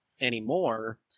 anymore